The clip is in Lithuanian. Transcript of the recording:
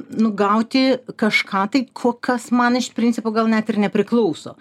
nu gauti kažką tai ko kas man iš principo gal net ir nepriklauso